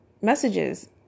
messages